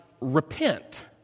repent